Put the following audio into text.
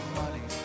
money